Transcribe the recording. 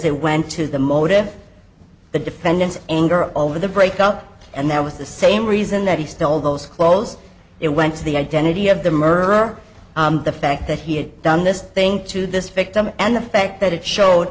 it went to the motive the defendant's anger over the break up and that was the same reason that he stole those clothes it went to the identity of the murderer the fact that he had done this thing to this victim and the fact that it showed